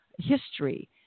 history